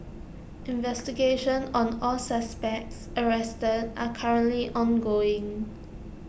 investigations on all suspects arrested are currently ongoing